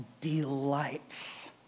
delights